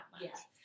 Yes